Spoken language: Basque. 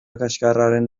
kaxkarrean